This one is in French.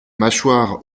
mâchoires